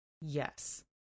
yes